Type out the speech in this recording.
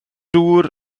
dŵr